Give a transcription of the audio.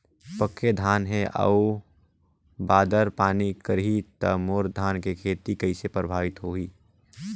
पके धान हे अउ बादर पानी करही त मोर धान के खेती कइसे प्रभावित होही?